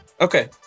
Okay